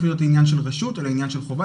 להיות עניין של רשות אלא עניין של חובה,